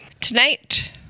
Tonight